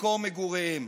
ממקום מגוריהם.